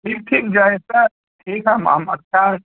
ठीक ठीक जैसा ठीक है हम हम अच्छा